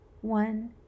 one